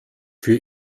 für